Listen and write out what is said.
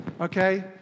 okay